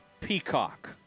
Peacock